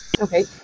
Okay